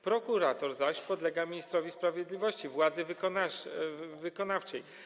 Prokurator zaś podlega ministrowi sprawiedliwości, władzy wykonawczej.